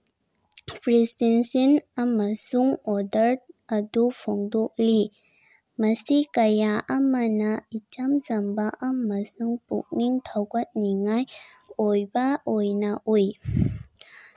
ꯑꯃꯁꯨꯡ ꯑꯣꯗꯔ ꯑꯗꯨ ꯐꯣꯡꯗꯣꯛꯂꯤ ꯃꯁꯤ ꯀꯌꯥ ꯑꯃꯅ ꯏꯆꯝ ꯆꯝꯕ ꯑꯃꯁꯨꯡ ꯄꯨꯛꯅꯤꯡ ꯊꯧꯒꯠꯅꯤꯡꯉꯥꯏ ꯑꯣꯏꯕ ꯑꯣꯏꯅ ꯎꯏ